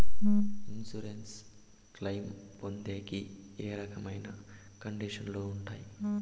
Insurance claim పొందేకి ఏ రకమైన కండిషన్లు ఉంటాయి?